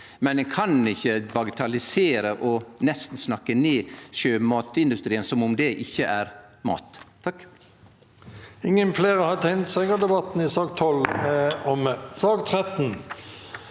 men ein kan ikkje bagatellisere og nesten snakke ned sjømatindustrien som om det ikkje er mat.